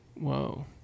Whoa